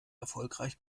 erfolgreich